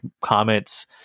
comments